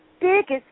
biggest